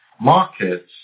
markets